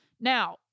Now